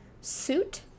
suit